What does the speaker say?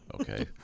Okay